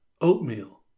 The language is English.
oatmeal